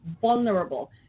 vulnerable